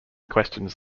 questions